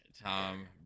Tom